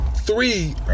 Three